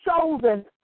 chosen